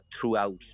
throughout